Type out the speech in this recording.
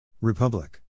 Republic